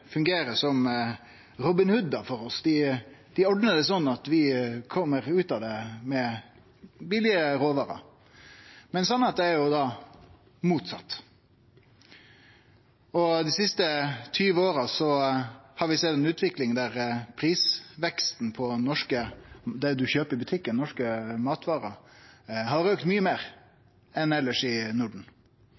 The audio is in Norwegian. fungerer som Robin Hood for oss, at dei ordnar det sånn at vi kjem ut av det med billige råvarer. Men sanninga er jo motsett. Dei siste tjue åra har vi sett ei utvikling der prisveksten på det ein kjøper i butikken, på norske matvarer, har auka mykje meir enn elles i Norden.